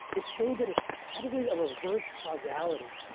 it showed that it's probably a reverse causality.